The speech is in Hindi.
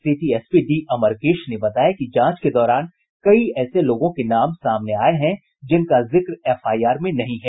सिटी एसपी डी अमरकेश ने बताया कि जांच के दौरान कई ऐसे लोगों के नाम सामने आए है जिनका जिक्र एफआईआर में नहीं है